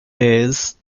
days